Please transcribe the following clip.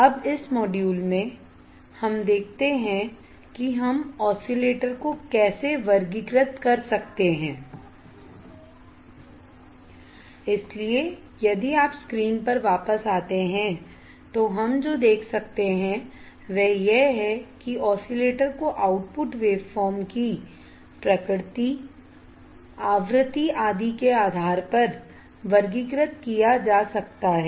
अब इस मॉड्यूल में हम देखते हैं कि हम ऑसिलेटर को कैसे वर्गीकृत कर सकते हैं इसलिए यदि आप स्क्रीन पर वापस आते हैं तो हम जो देख सकते हैं वह यह है कि ऑसिलेटर को आउटपुट वेवफॉर्म की प्रकृति आवृत्ति आदि के आधार पर वर्गीकृत किया जा सकता है